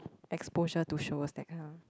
exposure to shows that kind of